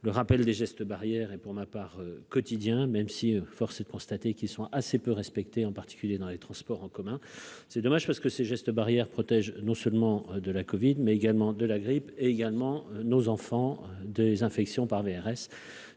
le rappel des gestes barrières et pour ma part, quotidien, même si force est de constater qu'ils sont assez peu respectées, en particulier dans les transports en commun, c'est dommage parce que ces gestes barrières protège non seulement de la Covid, mais également de la grippe également nos enfants des infections par VRS,